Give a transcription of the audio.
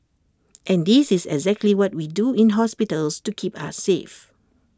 and this is exactly what we do in hospitals to keep us safe